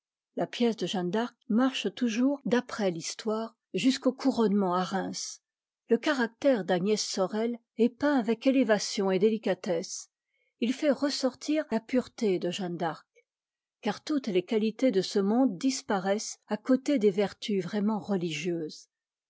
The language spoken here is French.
la pièce de jeanne d'are marche toujours d'après l'histoire jusqu'au couronnement à reims le caractère d'agnès sorel est peint avec élévation et délicatesse il fait ressortir la pureté de jeanne d'arc car toutes les quatités de ce monde disparaissent à côté des vertus vraiment religieuses